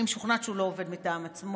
אני משוכנעת שהוא לא עובד מטעם עצמו.